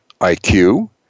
IQ